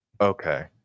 Okay